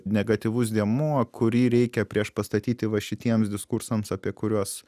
negatyvus dėmuo kurį reikia priešpastatyti va šitiems diskursams apie kuriuos